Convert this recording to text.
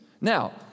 Now